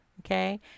Okay